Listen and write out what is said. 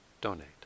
donate